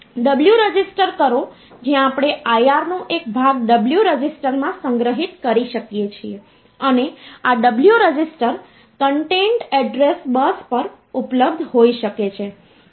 W register કરો જ્યાં આપણે IR નો એક ભાગ W રજિસ્ટરમાં સંગ્રહિત કરી શકીએ છીએ અને આ W register content address bus પર ઉપલબ્ધ હોઈ શકે છે